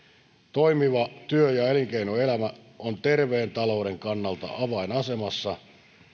toimiva työ ja elinkeinoelämä on terveen talouden kannalta avainasemassa